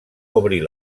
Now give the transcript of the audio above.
obrir